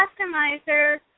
customizer